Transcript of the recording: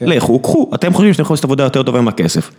לכו, קחו, אתם חושבים שאתם יכולים לעשות עבודה יותר טובה עם הכסף